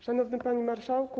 Szanowny Panie Marszałku!